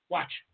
Watch